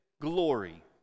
glory